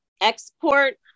export